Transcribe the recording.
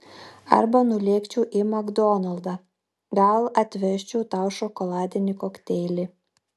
arba nulėkčiau į makdonaldą gal atvežčiau tau šokoladinį kokteilį